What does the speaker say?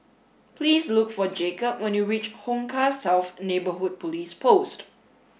please look for Jacob when you reach Hong Kah South Neighbourhood Police Post